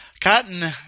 Cotton